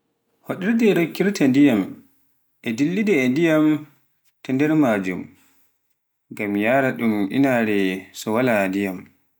hoɗorde rokkirta ndiyam e dillada e ndiyam ta nde maajum, ngam yaare ɗum inaare so waal diyam.